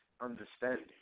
understanding